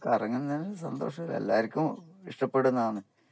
കറങ്ങുന്നതിന് സന്തോഷമെ ഉള്ള് എല്ലാവർക്കും ഇഷ്ടപ്പെടുന്നത് ആണ്